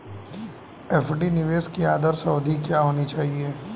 FD निवेश की आदर्श अवधि क्या होनी चाहिए?